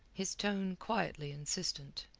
his tone quietly insistent.